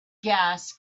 gas